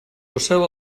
poseu